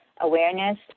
awareness